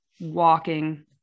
walking